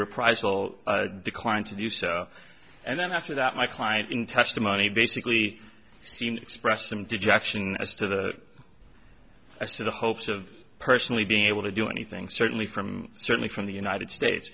reprisal declined to do so and then after that my client in testimony basically seem to express some dejection as to the ice in the hopes of personally being able to do anything certainly from certainly from the united states